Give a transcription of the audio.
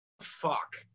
fuck